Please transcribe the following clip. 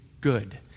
good